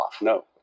No